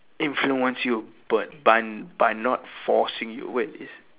influence you but by by not forcing you wait it's